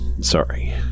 sorry